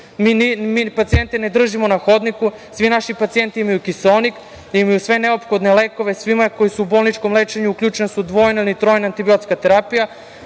Mi pacijente ne držimo na hodniku. Svi naši pacijenti imaju kiseonik. Imaju sve neophodne lekove. Svima koji su u bolničkom lečenju uključena je dvojna ili trojna antibiotska terapija.